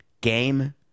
Game